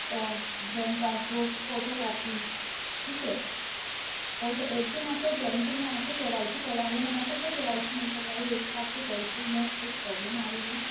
ओर bank passbook photo copy ठीक है और एक दिन आके बैंक में आके के वाई सी करवा लेना हो सके के वाई सी नहीं करवाई हो इससे आपके पैसे में कुछ प्रॉब्लम आ रही हो